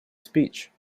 speech